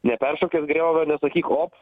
neperšokęs griovio nesakyk op